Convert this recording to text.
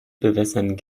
bewässern